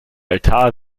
altar